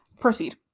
proceed